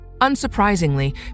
unsurprisingly